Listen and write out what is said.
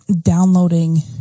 downloading